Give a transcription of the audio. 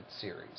Series